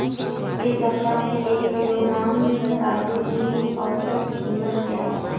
इस सप्ताह में एक किलोग्राम रतालू की औसत कीमत क्या है?